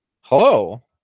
Hello